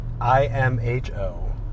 I-M-H-O